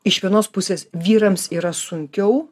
iš vienos pusės vyrams yra sunkiau